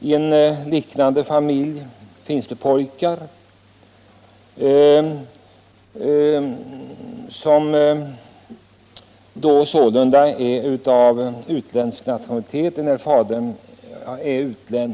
I en familj finns det pojkar som är av utländsk nationalitet enär fadern är utlänning.